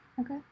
Okay